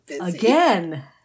again